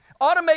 Automate